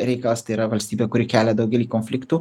reikalas tai yra valstybė kuri kelia daugelį konfliktų